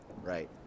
Right